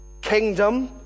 kingdom